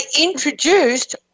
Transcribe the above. introduced